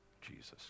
Jesus